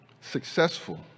successful